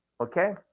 okay